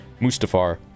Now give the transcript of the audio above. Mustafar